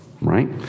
right